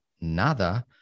nada